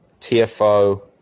TFO